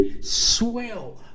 swell